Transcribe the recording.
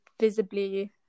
visibly